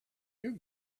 you